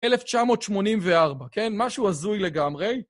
1984, כן? משהו הזוי לגמרי.